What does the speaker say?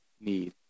need